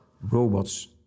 robots